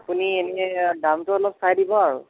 আপুনি এনেই দামটো অলপ চাই দিব আৰু